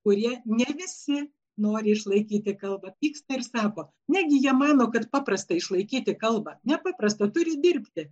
kurie ne visi nori išlaikyti kalbą pyksta ir sako negi jie mano kad paprasta išlaikyti kalbą ne paprasta turi dirbti